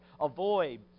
Avoid